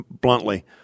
bluntly